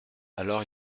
alors